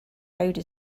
code